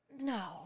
No